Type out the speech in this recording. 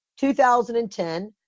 2010